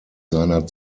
seiner